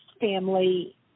family